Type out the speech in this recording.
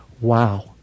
wow